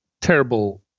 terrible